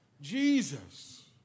Jesus